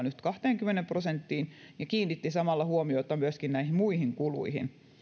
nyt kahteenkymmeneen prosenttiin ja kiinnitti samalla huomiota myöskin näihin muihin kuluihin